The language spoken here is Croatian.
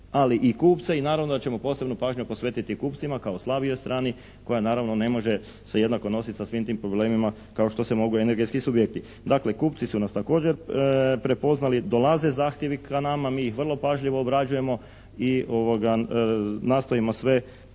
ali i kupce i naravno da ćemo posebnu pažnju posvetiti kupcima kao slabijoj strani koja naravno ne može jednako se nositi sa svim tim problemima kao što se mogu energetski subjekti. Dakle, kupci su nas također prepoznali. Dolaze zahtjevi k nama, mi ih vrlo pažljivo obrađujemo i nastojimo sve